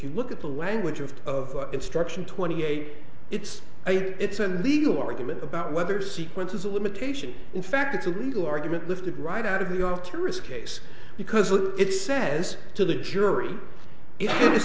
you look at the language of of instruction twenty eight it's a it's and legal argument about whether sequence is a limitation in fact it's a legal argument lifted right out of your curious case because it says to the jury i